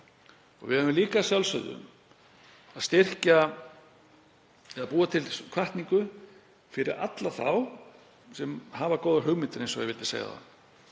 og við eigum líka að styrkja eða búa til hvatningu fyrir alla þá sem hafa góðar hugmyndir, eins og ég vildi segja áðan.